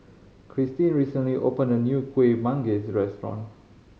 Cristin recently opened a new Kueh Manggis restaurant